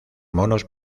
monos